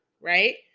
right